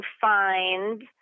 find